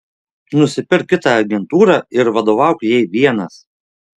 nusipirk kitą agentūrą ir vadovauk jai vienas